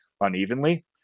unevenly